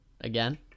again